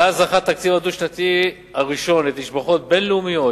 מאז זכה התקציב הדו-שנתי הראשון לתשבחות בין-לאומיות,